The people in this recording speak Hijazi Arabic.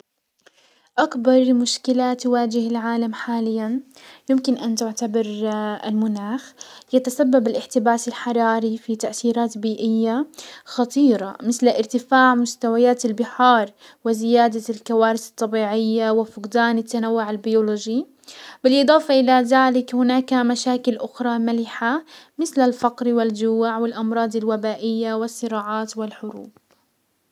اكبر مشكلات تواجه العالم حاليا يمكن ان تعتبر المناخز يتسبب الاحتباس الحراري في تأثيرات بيئية خطيرة مسل ارتفاع مستويات البحار وزيادة الكوارس الطبيعية وفقدان التنوع البيولوجي، بالاضافة الى ذلك هناك مشاكل اخرى ملحة مسل الفقر والجوع والامراض الوبائية والصراعات والحروب.